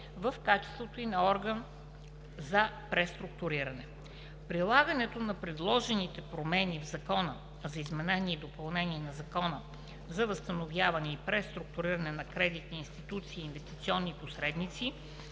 в качеството ѝ на орган за преструктуриране. Прилагането на предложените промени в Закона за изменение и допълнение на Закона за възстановяване и преструктуриране на кредитни институции и инвестиционни посредници